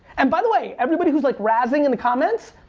and by the way, everybody who's like razzing in the comments,